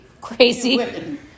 Crazy